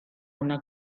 una